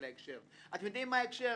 יודעים מה ההקשר?